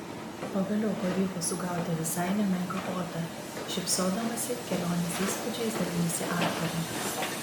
pagaliau pavyko sugauti visai nemenką otą šypsodamasi kelionės įspūdžiais dalijosi aktorė